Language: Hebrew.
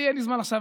אין לי זמן עכשיו,